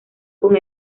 con